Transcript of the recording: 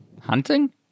Hunting